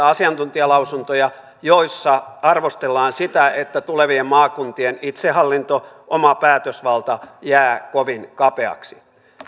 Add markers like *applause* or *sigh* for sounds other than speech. *unintelligible* asiantuntijalausuntoja joissa arvostellaan sitä että tulevien maakuntien itsehallinto oma päätösvalta jää kovin kapeaksi